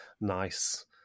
nice